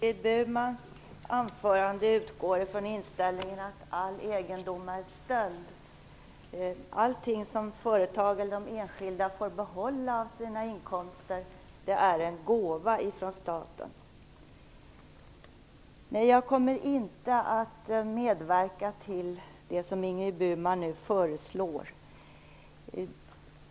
Fru talman! Ingrid Burmans anförande utgår från inställningen att all egendom är stöld och allting som företagen och de enskilda får behålla av sina inkomster är en gåva från staten. Jag kommer inte att medverka till det som Ingrid Burman nu föreslår.